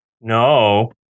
no